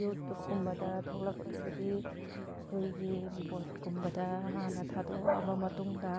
ꯌꯨꯇꯨꯞꯀꯨꯝꯕꯗ ꯊꯣꯛꯂꯛꯄꯁꯤꯗꯤ ꯑꯩꯈꯣꯏꯒꯤ ꯕꯣꯠꯀꯨꯝꯕꯗ ꯍꯥꯟꯅ ꯊꯥꯗꯣꯛꯑꯕ ꯃꯇꯨꯡꯗ